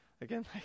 Again